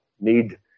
need